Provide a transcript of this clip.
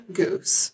goose